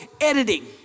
editing